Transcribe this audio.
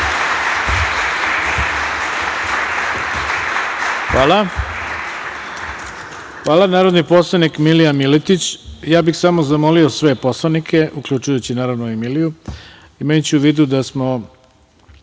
Hvala. Reč ima narodni poslanik Milija Miletić. Samo bih zamolio sve poslanike, uključujući naravno i Miliju, imajući u vidu da smo,